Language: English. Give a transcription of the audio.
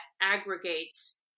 aggregates